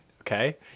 okay